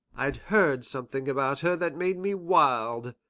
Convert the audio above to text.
i'd heard something about her that made me wild,